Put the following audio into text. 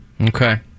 Okay